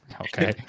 Okay